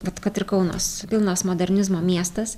vat kad ir kaunas pilnas modernizmo miestas